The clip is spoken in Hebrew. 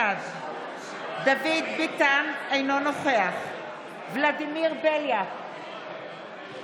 בעד דוד ביטן, אינו נוכח ולדימיר בליאק,